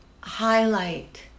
highlight